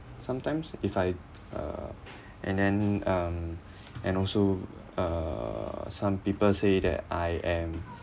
sometimes if I uh and then um and also uh some people say that I am